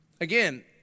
Again